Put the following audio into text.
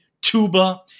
tuba